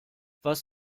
was